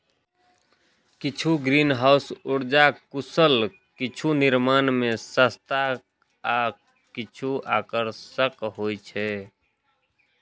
किछु ग्रीनहाउस उर्जा कुशल, किछु निर्माण मे सस्ता आ किछु आकर्षक होइ छै